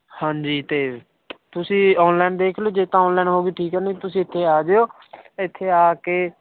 ਹਾਂਜੀ ਅਤੇ ਤੁਸੀਂ ਔਨਲਾਈਨ ਦੇਖ ਲਿਓ ਜੇ ਤਾਂ ਔਨਲਾਈਨ ਹੋ ਗਈ ਠੀਕ ਹੈ ਨਹੀਂ ਤੁਸੀਂ ਇੱਥੇ ਆ ਜਿਓ ਇੱਥੇ ਆ ਕੇ